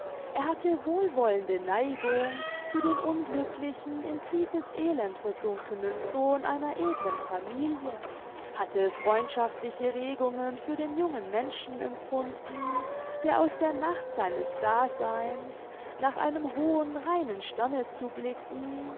er hatte wohlwollende neigung für den unglücklichen in tiefes elend versunkenen sohn einer edlen familie hatte freundschaftliche regungen für den jungen menschen empfunden der aus der nacht seines daseins nach einem hohen reinen sterne zu blicken